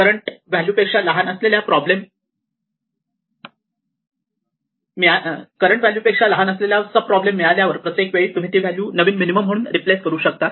current value पेक्षा लहान असलेल्या सब प्रॉब्लेम मिळाल्यावर प्रत्येक वेळी तुम्ही ती व्हॅल्यू नवीन मिनिमम म्हणून रिप्लेस करू शकतात